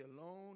alone